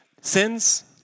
sins